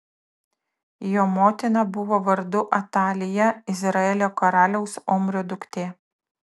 jo motina buvo vardu atalija izraelio karaliaus omrio duktė